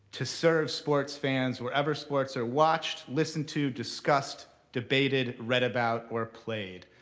to serve sports fans wherever sports are watched, listened to, discussed, debated, read about, or played.